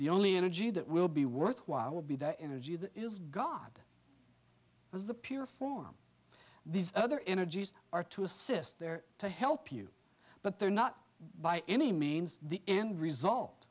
the only energy that will be worthwhile will be the energy that is god is the pure form these other energies are to assist there to help you but they're not by any means the end result